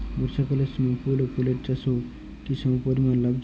বর্ষাকালের সময় ফুল ও ফলের চাষও কি সমপরিমাণ লাভজনক?